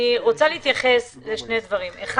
אני רוצה להתייחס לשני דברים: א',